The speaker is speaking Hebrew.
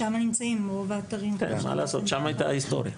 שם היתה ההיסטוריה.